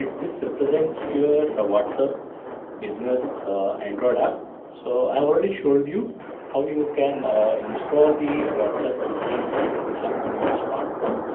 this represents your rewards up business android app so i already showed you how you can install the whatsapp business app on your smartphone.